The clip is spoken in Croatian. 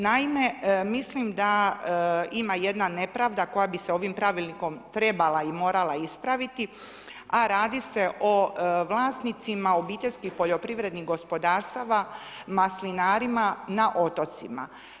Naime, mislim da ima jedna nepravda koja bi se ovim pravilnikom trebala i morala ispraviti a radi se o vlasnicima obiteljskih poljoprivrednih gospodarstava, maslinarima na otocima.